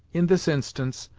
in this instance,